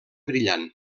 brillant